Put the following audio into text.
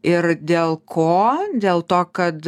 ir dėl ko dėl to kad